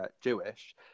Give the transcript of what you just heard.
Jewish